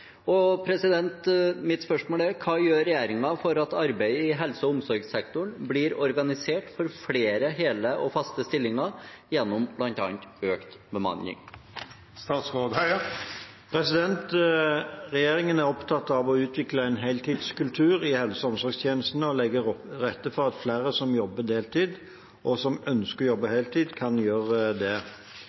Hva gjør regjeringen for at arbeidet i helse- og omsorgssektoren blir organisert for flere hele og faste stillinger, gjennom blant annet økt bemanning?» Regjeringen er opptatt av å utvikle en heltidskultur i helse- og omsorgstjenestene og legge til rette for at flere som jobber deltid, og som ønsker å jobbe heltid, kan gjøre det.